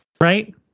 Right